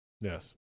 Yes